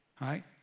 right